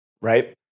right